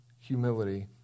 humility